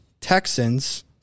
Texans